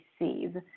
receive